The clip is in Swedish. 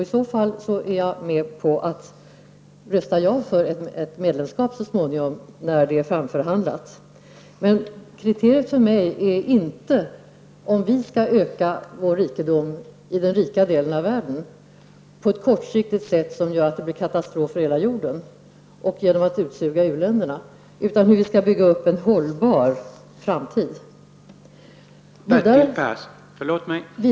I så fall är jag med på att rösta ja för ett medlemskap så småningom när ett sådant är framförhandlat. Men kriteriet för mig är inte att vi skall kunna öka rikedomen i den rika delen av världen på ett kortsiktigt sätt som gör att det blir katastrof för hela jorden och genom att suga ut u-länderna. Vi skall bygga upp en hållbar framtid.